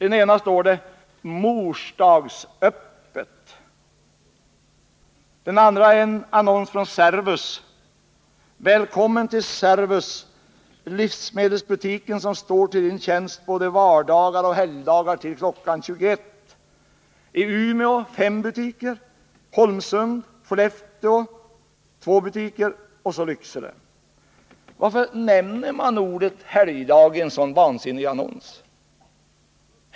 I en står det: ”Morsdagsöppet.” I en annan annons står det: ”Välkommen till Servus — livsmedelsbutiken som står till Din tjänst både vardagar och helgdagar till kl 21.” Servus har fem butiker i Umeå, två i Skellefteå och en i vardera Holmsund och Lycksele. Varför nämner man ordet helgdagi en så vansinnig annons?